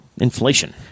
Inflation